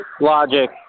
logic